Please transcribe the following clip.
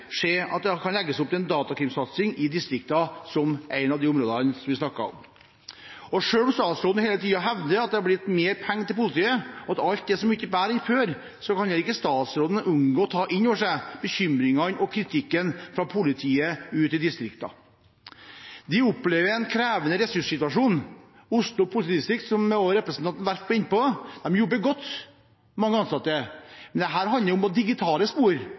se at det legges opp til en datakrimsatsing i distriktene, som er et av de områdene vi snakket om. Selv om statsråden hele tiden hevder at det har blitt mer penger til politiet, og at alt er så mye bedre enn før, kan heller ikke statsråden unngå å ta inn over seg bekymringene og kritikken fra politiet ute i distriktene. De opplever en krevende ressurssituasjon. I Oslo politidistrikt, som også representanten Werp var inne på, jobber mange ansatte godt. Men da handler det om digitale spor